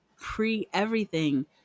pre-everything